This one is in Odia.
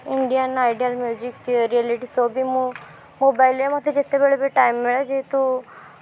Indian Idol music reality show ବି ମୁଁ ମୋବାଇଲ୍ରେ ମୋତେ ଯେତେବେଳେ ବି ଟାଇମ୍ ମିଳେ ଯେହେତୁ